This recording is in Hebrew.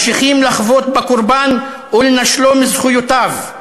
ממשיכים לחבוט בקורבן ולנשלו מזכויותיו.